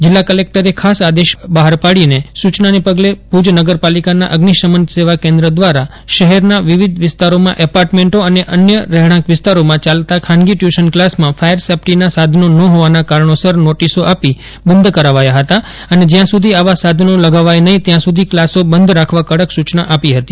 જીલ્લા કલેક્ટરે ખાસ આદેશ પાડી આપેલી સૂચનાને પગલે ભુજ નગરપાલિકાના અઝિશમન સેવા કેન્દ્ર દ્વારા શહેરના વિવિધ વિસ્તારોમાં એપાર્ટમેન્ટો અને અન્ય રહેણાંક વિસ્તારોમાં ચાલતા ખાનગી ટયૂશન ક્લાસમાં ફાયર સેફટીના સાધનો ન હોવાના કારણોસર નોટિસો આપી બંધ કરાવાયા હતા અને જ્યાં સુધી આવા સાધનો લગાવાય નહીં ત્યાં સુધી ક્લાસો બંધ રાખવા કડક સૂચના આપી હતી